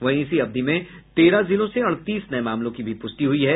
वहीं इसी अवधि में तेरह जिलों से अड़तीस नये मामलों की भी पुष्टि हुई है